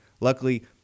Luckily